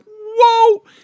whoa